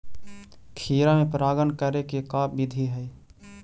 खिरा मे परागण करे के का बिधि है?